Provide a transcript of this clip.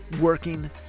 working